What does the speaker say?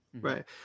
Right